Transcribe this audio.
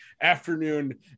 afternoon